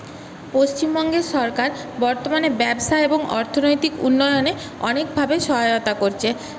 পশ্চিমবঙ্গের সরকার বর্তমানে ব্যবসা এবং অর্থনৈতিক উন্নয়নে অনেকভাবে সহায়তা করছে